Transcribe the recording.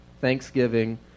thanksgiving